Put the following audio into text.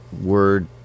word